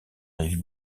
rive